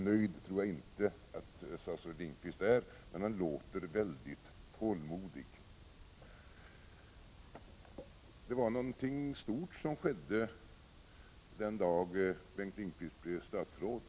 Nöjd tror jag inte att statsrådet Lindqvist är, men han låter väldigt tålmodig. Prot. 1987/88:31 Det var någonting stort som skedde den dag Bengt Lindqvist blev statsråd.